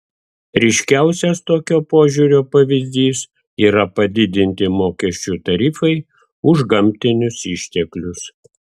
ryškiausias tokio požiūrio pavyzdys yra padidinti mokesčių tarifai už gamtinius išteklius